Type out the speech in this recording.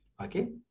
Okay